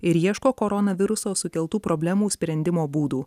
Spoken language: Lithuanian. ir ieško korona viruso sukeltų problemų sprendimo būdų